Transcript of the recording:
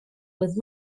with